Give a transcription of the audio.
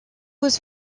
was